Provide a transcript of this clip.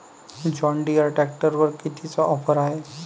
John Deere ट्रॅक्टरवर कितीची offer हाये?